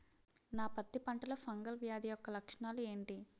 నా పత్తి పంటలో ఫంగల్ వ్యాధి యెక్క లక్షణాలు ఏంటి?